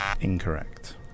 Incorrect